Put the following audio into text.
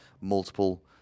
multiple